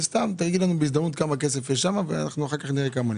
תגיד לנו בהזדמנות כמה כסף יש שם ואחר כך נראה כמה נשאר.